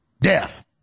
death